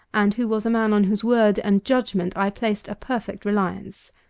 and who was a man on whose word and judgment i placed a perfect reliance.